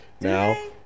now